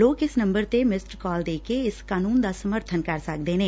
ਲੋਕ ਇਸ ਨੰਬਰ ਤੇ ਮਿਸ ਕਾਲ ਦੇ ਕੇ ਇਸ ਕਾਨੂੰਨ ਦਾ ਸਮਰਥਨ ਕਰ ਸਕਦੇ ਨੇ